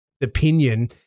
opinion